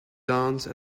dance